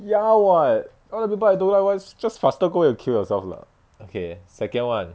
ya [what] all the people I don't like [one] just faster go and kill yourself lah okay second [one]